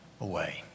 away